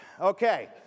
Okay